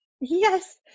yes